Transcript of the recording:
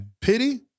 Pity